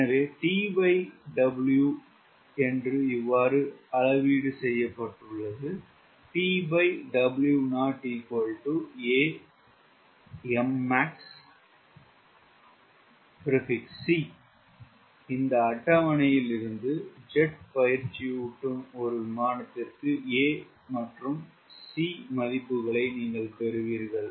எனவே TW இவ்வாறு அளவீடு செய்யப்பட்டது இந்த அட்டவணையில் இருந்து ஜெட் பயிற்சியூட்டும் ஒரு விமானத்திற்கு a மற்றும் C மதிப்புகளை நீங்கள் பெறுவீர்கள்